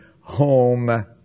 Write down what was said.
home